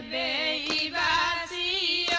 a a